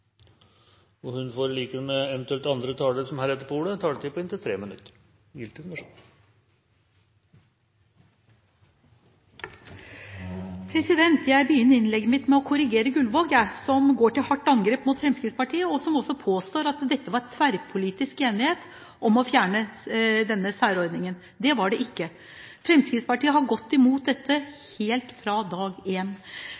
talere som heretter får ordet, har en taletid på inntil 3 minutter. Jeg begynner innlegget mitt med å korrigere Gullvåg som går til hardt angrep på Fremskrittspartiet, og som påstår at det var tverrpolitisk enighet om å fjerne denne særordningen. Det var det ikke. Fremskrittspartiet har gått imot